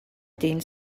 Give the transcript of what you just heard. dyn